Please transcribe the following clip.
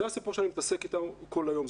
זה הסיפור שאני מתעסק אתו כל היום.